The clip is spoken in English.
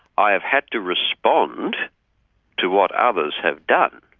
i have had to respond to what others have done.